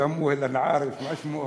סמואל אנא עארף, מה שמו?